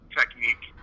technique